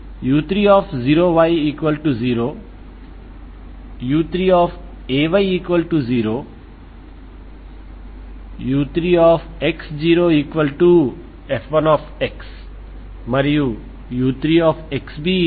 కాబట్టి మీరు Xx 2Xx0 ని చూసినట్లైతే λ2 0xL కొరకు X00 తో మరియు XL0 అనేవి బౌండరీ కండిషన్ లు